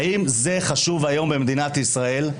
האם זה חשוב היום במדינת ישראל?